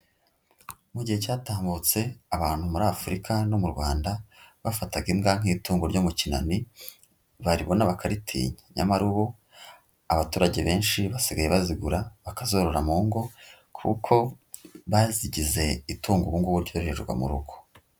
Mu gihe cyatambutse abantu muri Afurika no mu Rwanda bafataga imbwa nk'itungo ryo mu kinani, baribona bakaritinya, nyamara ubu abaturage benshi basigaye bazigura, bakazorora mu ngo kuko bazigize itungo ubu ngubu ryororerwa mu rugo.